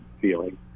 feeling